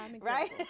Right